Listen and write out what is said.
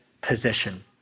position